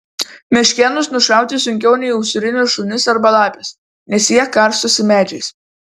meškėnus nušauti sunkiau nei usūrinius šunis arba lapes nes jie karstosi medžiais